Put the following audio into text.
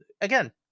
again